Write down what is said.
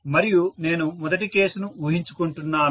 మరియు నేను మొదటి కేసును ఊహించుకుంటున్నాను